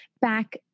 Back